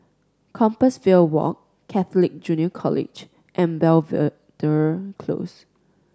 Compassvale Walk Catholic Junior College and Belvedere Close